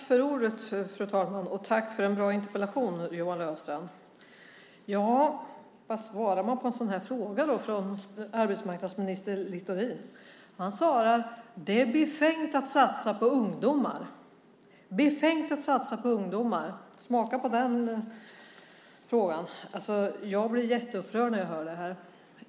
Fru talman! Tack för en bra interpellation, Johan Löfstrand. Vad svarar arbetsmarknadsminister Littorin på en sådan här fråga? Han svarar: Det är befängt att satsa på ungdomar. Befängt att satsa på ungdomar - smaka på det! Jag blir jätteupprörd när jag hör det.